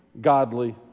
godly